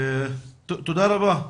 תודה רבה.